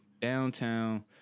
downtown